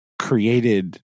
created